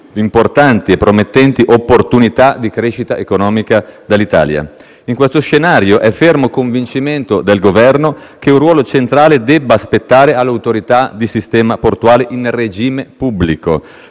importanti e promettenti opportunità di crescita economica dell'Italia. In questo scenario è fermo convincimento del Governo che un ruolo centrale debba spettare alle Autorità di sistema portuale in regime pubblico,